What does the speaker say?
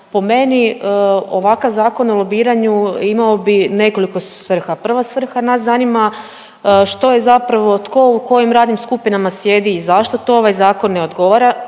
po meni ovakav Zakon o lobiranju imao bi nekoliko svrha. Prva svrha, nas zanima što i zapravo tko u kojim radnim skupinama sjedi i zašto, to ovaj zakon ne odgovara,